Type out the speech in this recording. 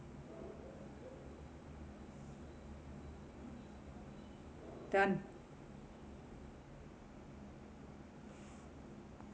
done